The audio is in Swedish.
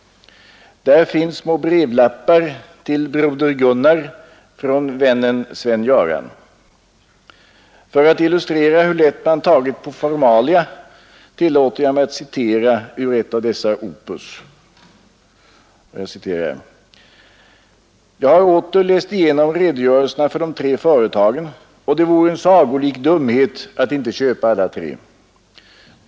Där finns små brevlappar till ”Broder Gunnar” från ”vännen Sven-Göran”. För att illustrera hur lätt man har tagit på formalia tillåter jag mig att citera ur ett av dessa opus: ”Jag har åter läst igenom redogörelsen för de tre företagen och det vore en sagolik dumhet att inte köpa alla tre.